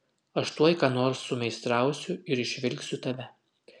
aš tuoj ką nors sumeistrausiu ir išvilksiu tave